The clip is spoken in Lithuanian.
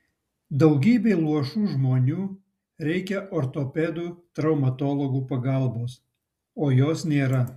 daugybei luošų žmonių reikia ortopedų traumatologų pagalbos o jos nėra